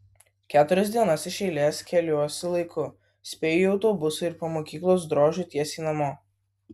keturias dienas iš eilės keliuosi laiku spėju į autobusą ir po mokyklos drožiu tiesiai namo